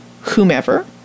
whomever